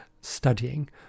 studying